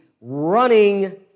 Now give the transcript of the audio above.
running